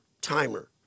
timer